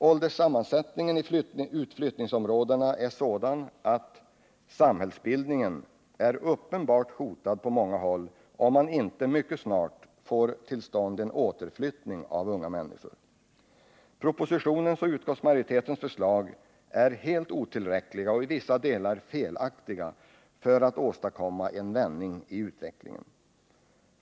Ålderssammansättningen i utflyttningsområdena är sådan att samhällsbildningen är uppenbart hotad på många håll, om man inte mycket snart får till stånd en återflyttning av unga människor. Propositionens och utskottsmajoritetens förslag är helt otillräckliga — och i vissa delar felaktiga — för att man skall kunna åstadkomma en vändning i utvecklingen.